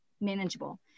manageable